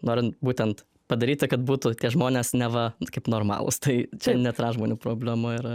norint būtent padaryti kad būtų tie žmonės neva kaip normalūs tai čia ne transžmonių problema yra